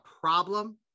problem